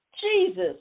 Jesus